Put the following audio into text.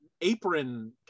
apron